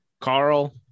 Carl